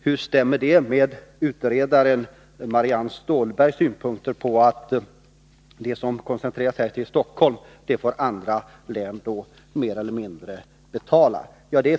Hur stämmer det med Marianne Stålbergs synpunkt att det som koncentreras till Stockholm får andra län mer eller mindre betala?